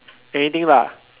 anything lah